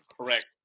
Correct